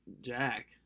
Jack